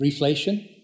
Reflation